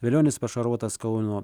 velionis pašarvotas kauno